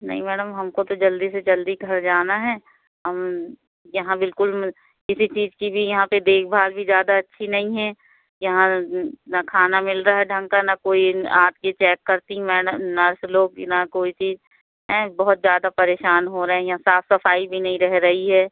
नहीं मैडम हमको तो जल्दी से जल्दी घर जाना है हम यहाँ बिल्कुल किसी चीज़ की भी यहाँ पर देख भाल भी ज़्यादा अच्छी नहीं है यहाँ ना खाना मिल रहा ढंग का ना कोई आपकी चेक करती मैडम नर्स लोग बिना कोई चीज़ हैं बहुत ज़्यादा परेशान हो रही हैं साफ़ सफ़ाई भी नहीं रह रही है